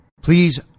Please